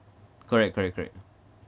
correct correct correct